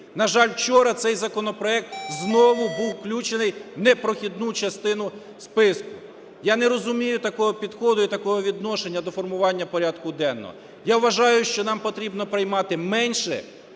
На жаль, вчора цей законопроект знову був включений в непрохідну частину списку. Я не розумію такого підходу і такого відношення до формування порядку денного. Я вважаю, що нам потрібно приймати менше,